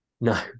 No